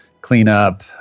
cleanup